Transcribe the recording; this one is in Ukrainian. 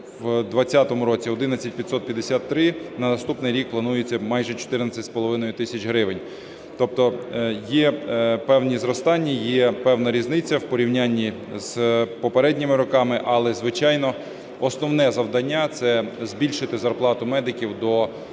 в 20-му році – 11 553. На наступний рік планується майже 14,5 тисяч гривень. Тобто є певні зростання, є певна різниця в порівнянні з попередніми роками. Але, звичайно, основне завдання – це збільшити зарплату медиків до такого